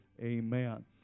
Amen